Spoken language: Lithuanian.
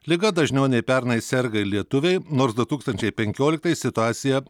liga dažniau nei pernai serga ir lietuviai nors du tūkstančiai penkioliktais situacija